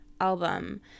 album